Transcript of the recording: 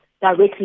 directly